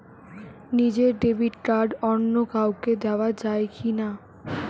নিজের debit card অন্য কাউকে দেওয়া যায় কি না?